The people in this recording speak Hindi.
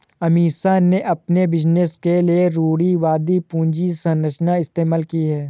अमीषा ने अपने बिजनेस के लिए रूढ़िवादी पूंजी संरचना इस्तेमाल की है